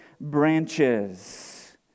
branches